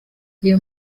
iyo